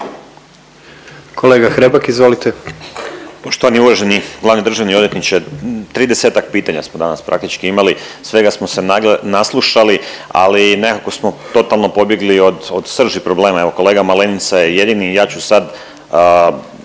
Kolega Hrebak, izvolite.